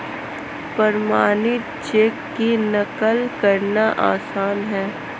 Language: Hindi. प्रमाणित चेक की नक़ल करना आसान है